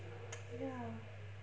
ya